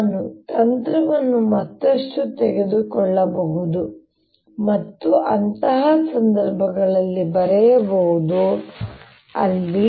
ನಾನು ತಂತ್ರವನ್ನು ಮತ್ತಷ್ಟು ತೆಗೆದುಕೊಳ್ಳಬಹುದು ಮತ್ತು ಅಂತಹ ಸಂದರ್ಭಗಳಲ್ಲಿ ಬರೆಯಬಹುದು ಅಲ್ಲಿ